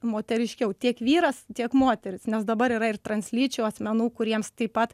moteriškiau tiek vyras tiek moteris nes dabar yra ir translyčių asmenų kuriems taip pat